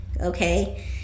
Okay